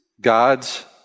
God's